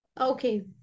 Okay